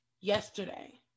yesterday